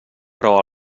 però